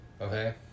Okay